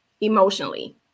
emotionally